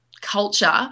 culture